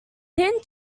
thin